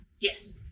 Yes